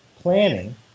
planning